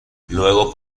luego